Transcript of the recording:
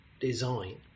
design